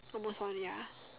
almost one ya